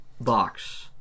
box